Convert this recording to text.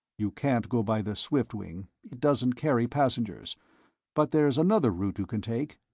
you can't go by the swiftwing it doesn't carry passengers but there's another route you can take.